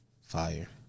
Fire